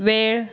वेळ